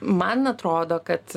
man atrodo kad